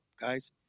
guys